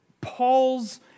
Paul's